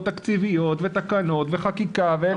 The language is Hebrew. תקציביות ותקנות וחקיקה ואלף ואחד דברים.